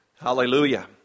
hallelujah